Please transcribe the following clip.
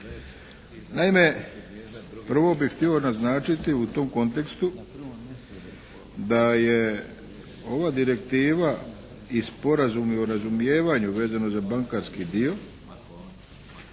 Naime prvo bih htio naznačiti u tom kontekstu da je ova direktiva i sporazumi o razumijevanju vezano za bankarski dio